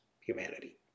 humanity